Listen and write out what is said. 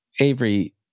Avery